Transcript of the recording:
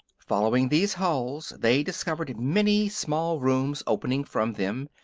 following these halls they discovered many small rooms opening from them,